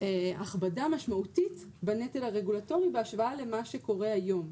הכבדה משמעותית בנטל הרגולטורי בהשוואה למה שקורה היום.